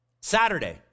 Saturday